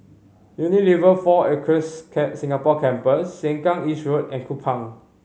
Unilever Four Acres Singapore Campus Sengkang East Road and Kupang